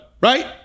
right